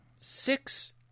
six